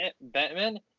Batman